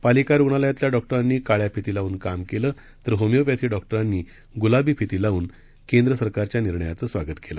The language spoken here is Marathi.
पालिकारुग्णालयातल्याडॉक्टरांनीकाळ्याफितीलावून काम केलंतरहोमिओपॅथीडॉक्टरांनीग्लाबीफितीलांबूनकेंद्रसरकारच्यानिर्णयाचंस्वागतकेलं